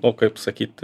o kaip sakyt